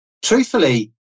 Truthfully